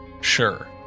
sure